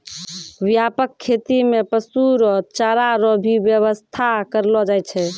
व्यापक खेती मे पशु रो चारा रो भी व्याबस्था करलो जाय छै